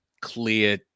clear